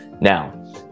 now